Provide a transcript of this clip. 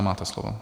Máte slovo.